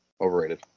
Overrated